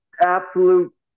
absolute